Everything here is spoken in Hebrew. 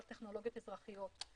על טכנולוגיות אזרחיות.